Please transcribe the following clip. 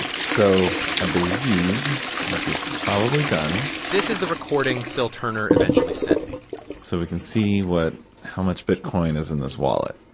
and so i and believe this is probably done this is the recording syl turner eventually sent me so we can see what how much bitcoin is in this wallet.